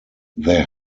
there